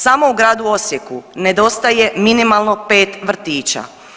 Samo u gradu Osijeku nedostaje minimalno 5 vrtića.